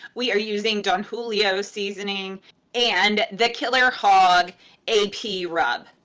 we are using don julio's seasoning and the killer hog a p, rub.